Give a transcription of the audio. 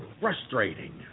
frustrating